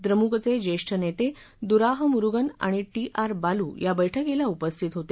द्रमुकचे ज्येष्ठ नेते दुराईमुरुगन आणि टी आर बालूही या बैठकीला उपस्थित होते